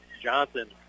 Johnson